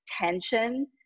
tension